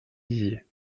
dizier